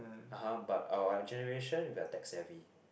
(uh huh) but our generation we are tech savvy